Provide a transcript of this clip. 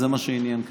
זה מה שעניין כאן.